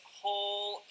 whole